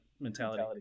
mentality